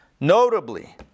Notably